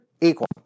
equal